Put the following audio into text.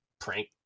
prank